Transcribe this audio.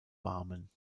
barmen